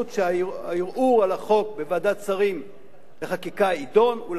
כך שהערעור על החוק יידון בוועדת שרים לחקיקה,